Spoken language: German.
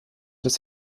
des